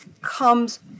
comes